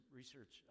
research